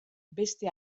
beste